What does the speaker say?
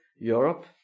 Europe